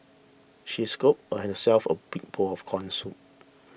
she scooped herself a big bowl of Corn Soup